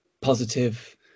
positive